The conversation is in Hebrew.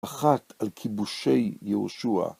פחת על כיבושי יהושע.